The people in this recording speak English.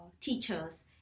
teachers